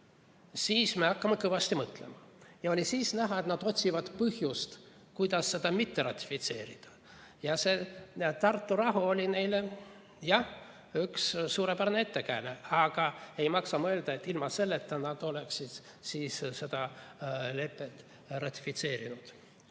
siis nad hakkavad kõvasti mõtlema. Ja oli näha, et nad otsivad põhjust, miks mitte ratifitseerida. Tartu rahu oli neile jah üks suurepärane ettekääne, aga ei maksa mõelda, et ilma selleta nad oleksid selle leppe ratifitseerinud.